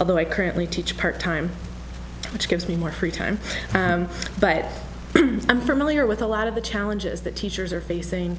although i currently teach part time which gives me more free time but i'm familiar with a lot of the challenges that teachers are facing